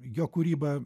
jo kūryba